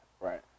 Right